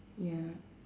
ya